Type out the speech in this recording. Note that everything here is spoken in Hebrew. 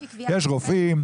יש רופאים.